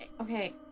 okay